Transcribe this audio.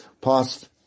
past